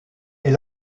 est